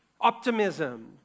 optimism